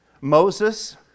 Moses